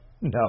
No